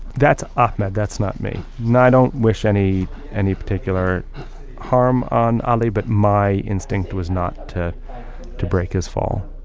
that's ahmed that's not me. now, i don't wish any any particular harm on ali, but my instinct was not to to break his fall.